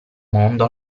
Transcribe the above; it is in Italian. mondo